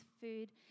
food